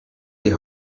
die